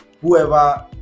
whoever